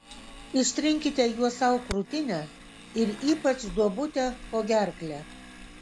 ištrinkite juo sau krūtinę ir ypač duobutę po gerkle